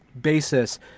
basis